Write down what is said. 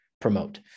promote